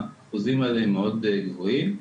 האחוזים האלה מאוד גבוהים.